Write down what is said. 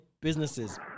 businesses